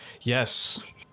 Yes